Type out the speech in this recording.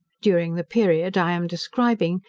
during the period i am describing,